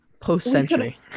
Post-century